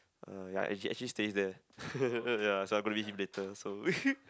uh ya actually actually stays there ya so I'm gonna meet him later so